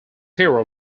hero